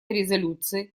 резолюции